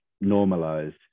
normalized